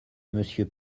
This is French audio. monsieur